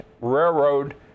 Railroad